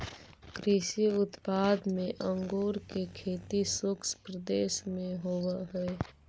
कृषि उत्पाद में अंगूर के खेती शुष्क प्रदेश में होवऽ हइ